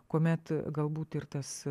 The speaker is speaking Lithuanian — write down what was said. kuomet galbūt ir tas